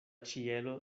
ĉielo